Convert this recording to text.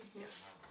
Yes